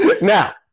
Now